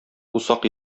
усак